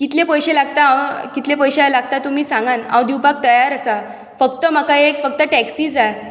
कितले पयशे लागता हांव कितले पयशे लागता तुमी सांगांत हांव दिवपाक तयार आसा फक्त म्हाका एक फक्त टॅक्सी जाय